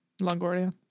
Longoria